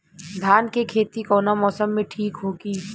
धान के खेती कौना मौसम में ठीक होकी?